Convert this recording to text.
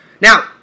Now